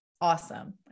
awesome